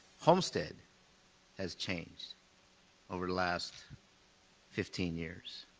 homestead has changed over the last fifteen years.